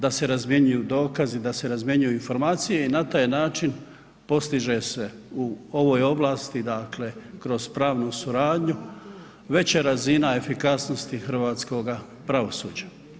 Da se zamjenjuju dokazi, da se razmjenjuju informacije i na taj način postiže se u ovoj ovlasti, dakle kroz pravnu suradnju veća razina efikasnosti hrvatskoga pravosuđa.